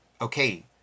okay